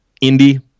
Indy